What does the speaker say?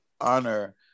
honor